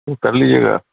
تو کر لیجیے گا